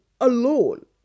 alone